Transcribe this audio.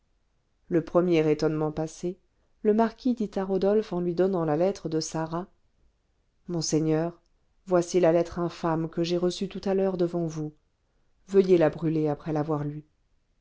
le premier étonnement passé le marquis dit à rodolphe en lui donnant la lettre de sarah monseigneur voici la lettre infâme que j'ai reçue tout à l'heure devant vous veuillez la brûler après l'avoir lue